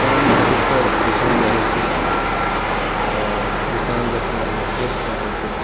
गाम मे अधिकतर किसान रहै छथि आओर किसान जखन अपना खेत सँ आबि कऽ